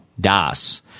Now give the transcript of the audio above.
Das